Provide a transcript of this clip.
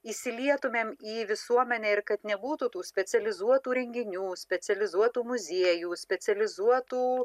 įsilietumėm į visuomenę ir kad nebūtų tų specializuotų renginių specializuotų muziejų specializuotų